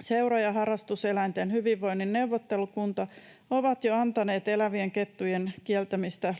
seura‑ ja harrastuseläinten hyvinvoinnin neuvottelukunta ovat jo vaatineet kettujen kieltämistä